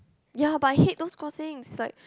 ya but I hate those crossings like